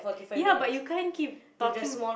ya but you can't keep talking